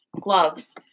Gloves